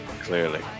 Clearly